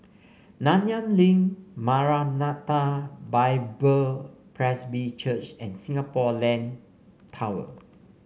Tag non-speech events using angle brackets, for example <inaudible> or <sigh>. Nanyang Link Maranatha Bible <noise> Presby Church and Singapore Land Tower